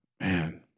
man